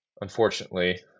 unfortunately